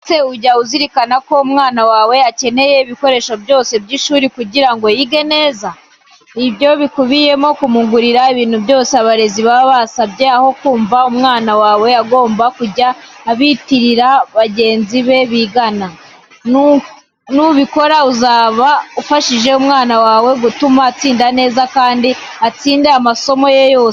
Ese ujya uzirikana ko umwana wawe akeneye ibikoresho byose by'ishuri kugira ngo yige neza? Ibyo bikubiyemo kumugurira ibintu byose abarezi baba basabye, aho kumva ko umwana wawe agomba kujya abitira bagenzi be bigana. Nubikora uzaba ufashije umwana wawe gutuma atsinda neza kandi atsinde amasomo yose.